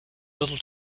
little